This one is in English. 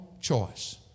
choice